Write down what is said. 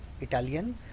Italian